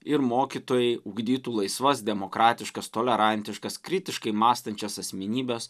ir mokytojai ugdytų laisvas demokratiškas tolerantiškas kritiškai mąstančias asmenybes